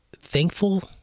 thankful